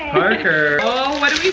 parker. oh what do